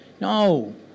No